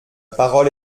parole